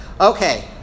okay